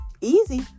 easy